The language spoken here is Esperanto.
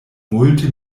multe